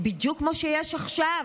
בדיוק כמו שיש עכשיו.